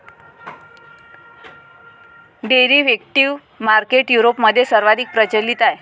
derivative market युरोपमध्ये सर्वाधिक प्रचलित आहे